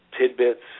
tidbits